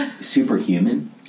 superhuman